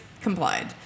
Complied